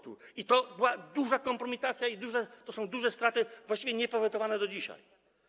To była duża kompromitacja i to są duże straty, właściwie niepowetowane do dzisiaj.